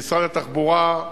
משרד התחבורה,